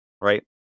right